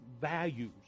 values